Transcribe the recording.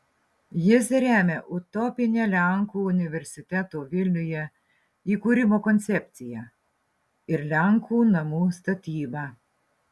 jis remia utopinę lenkų universiteto vilniuje įkūrimo koncepciją ir lenkų namų statybą